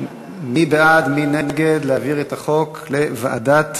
מי בעד ומי נגד להעביר את החוק לוועדת